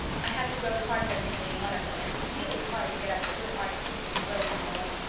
i have to groan heartrendingly in one of them, and it's really hard to get up a good artistic groan, marilla.